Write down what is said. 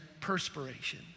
perspiration